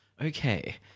Okay